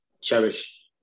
cherish